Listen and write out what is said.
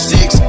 Six